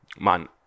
man